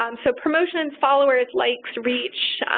um so, promotions, followers, likes, reach,